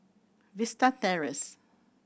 Vista Terrace